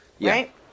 right